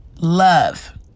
love